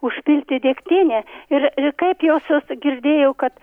užpilti degtine ir ir kaip josios girdėjau kad